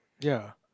ya